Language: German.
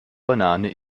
banane